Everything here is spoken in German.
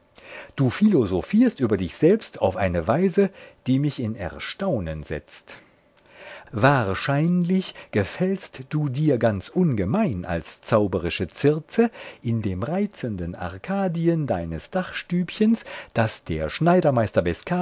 du philosophierst über dich selbst auf eine weise die mich in erstaunen setzt wahrscheinlich gefällst du dir ganz ungemein als zauberische circe in dem reizenden arkadien deines dachstübchens das der